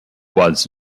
was